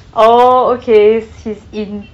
oh okay he's he's in